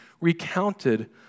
Recounted